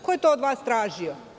Ko je to od vas tražio?